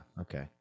Okay